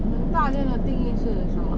你大间的定义是什么